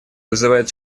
вызывает